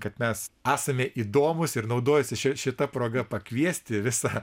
kad mes esame įdomūs ir naudojuosi šia šita proga pakviesti visą